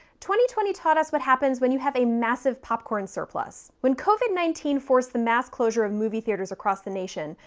twenty twenty taught us what happens when you have a massive popcorn kernel surplus. when covid nineteen forced the mass closure of movie theaters across the nation,